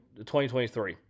2023